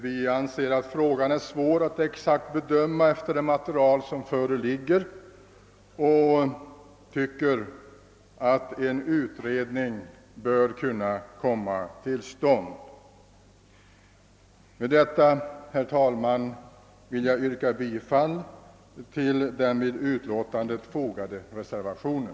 Vi anser att saken är svår att bedöma exakt på grundval av det material som föreligger och tycker att en utredning bör komma till stånd. Med detta, herr talman, vill jag yrka bifall till den vid utlåtandet fogade reservationen.